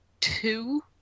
two